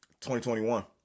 2021